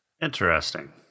Interesting